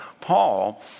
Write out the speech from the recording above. Paul